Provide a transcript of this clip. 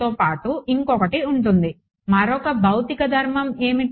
తో పాటు ఇంకొకటి ఉంటుంది మరొక భౌతిక ధర్మం ఏమిటి